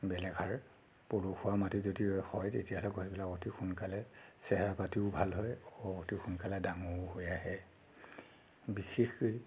বেলেগ সাৰ পলসুৱা মাটি যদি হয় তেতিয়াহ'লে গছবিলাক অতি সোনকালে চেহেৰা পাতিও ভাল হয় আৰু অতি সোনকালে ডাঙৰো হৈ আহে বিশেষকৈ